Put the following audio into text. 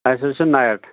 اَسہِ حظ چھُ نایِٹ